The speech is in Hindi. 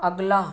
अगला